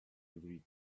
every